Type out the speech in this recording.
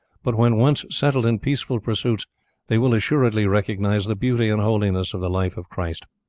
but when once settled in peaceful pursuits they will assuredly recognize the beauty and holiness of the life of christ.